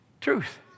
Truth